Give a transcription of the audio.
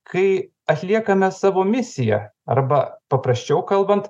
kai atliekame savo misiją arba paprasčiau kalbant